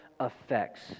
effects